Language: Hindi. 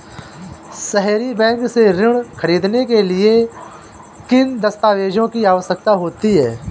सहरी बैंक से ऋण ख़रीदने के लिए किन दस्तावेजों की आवश्यकता होती है?